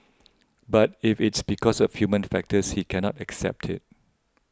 but if it's because of human factors he cannot accept it